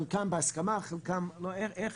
חלקם בהסכמה איך?